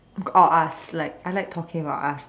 or us I like talking about us